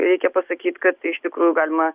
reikia pasakyt kad iš tikrųjų galima